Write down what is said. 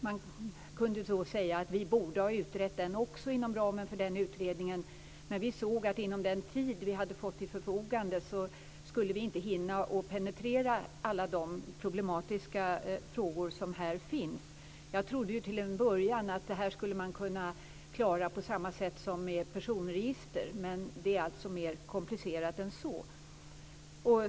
Man kan då säga att vi också borde ha utrett denna fråga inom ramen för den utredningen, men vi förstod att inom den tid som vi hade fått till förfogande skulle vi inte hinna penetrera alla de problematiska frågor som här finns. Jag trodde till en början att man skulle kunna klara detta på samma sätt som med personregister, men det är mer komplicerat än så.